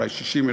אולי 60,000,